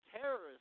terrorists